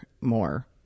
more